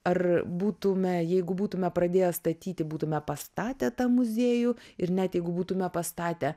ar būtume jeigu būtume pradėję statyti būtume pastatę tą muziejų ir net jeigu būtume pastatę